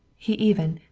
he even,